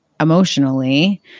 emotionally